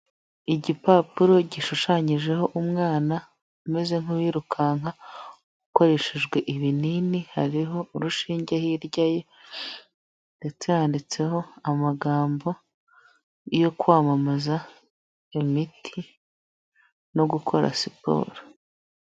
Igipapuro gishushanyijeho umwana umeze nk'uwirukanka ukoreshejwe ibinini, hariho urushinge hirya ye ndetse handitseho amagambo yo kwamamaza imiti no gukora siporo.